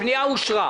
הפנייה אושרה.